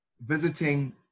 visiting